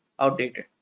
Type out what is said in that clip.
outdated